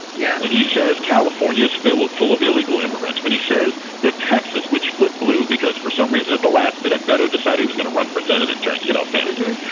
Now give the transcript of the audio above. yeah. when he says california's fill it full of illegal immigrants, when he says that texas, which flip blue because for some reason at the last minute better decide he was going to run for senate in terms you know offenders.